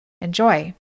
Enjoy